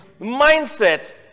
mindset